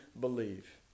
believe